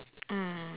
mm